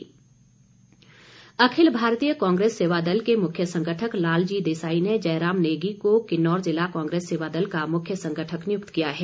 नियुक्ति अखिल भारतीय कांग्रेस सेवा दल के मुख्य संगठक लालजी देसाई ने जयराम नेगी को किन्नौर जिला कांग्रेस सेवादल का मुख्य संगठक नियुक्त किया है